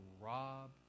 rob